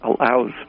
allows